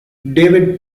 david